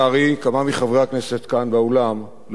כמה מחברי הכנסת כאן באולם לא מבינים.